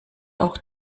auch